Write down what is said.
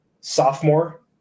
sophomore